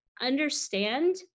understand